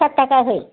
सात थाखायै